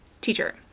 Teacher